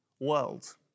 world